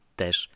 też